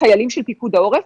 חיילים של פיקוד העורף.